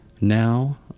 Now